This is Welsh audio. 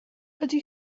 ydy